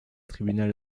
tribunal